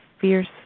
fierce